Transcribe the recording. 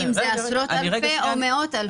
השאלה היא אם זה עשרות אלפי או מאות אלפי.